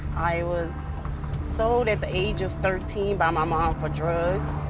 i was sold at the age of thirteen by my mom for drugs.